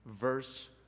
verse